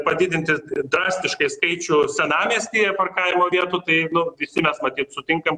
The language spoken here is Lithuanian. padidinti drastiškai skaičių senamiestyje parkavimo vietų tai nu visi mes matyt sutinkam